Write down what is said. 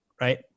right